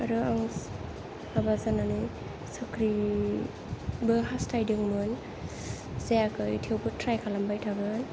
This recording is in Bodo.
आरो आं हाबा जानानै साख्रिबो हास्थायदोंमोन जायाखै थेवबो ट्राइ खालामबाय थागोन